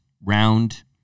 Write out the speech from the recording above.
round